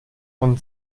von